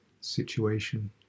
situation